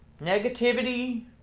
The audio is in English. Negativity